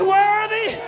worthy